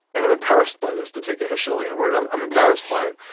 and i'm embarrassed by this, to take a heschelian word. i'm i'm embarrassed by it.